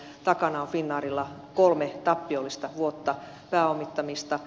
takana on finnairilla kolme tappiollista vuotta pääomittamista